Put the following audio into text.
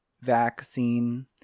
vaccine